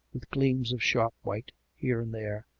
with gleams of sharp white here and there,